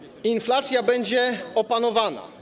Inflacja będzie opanowana.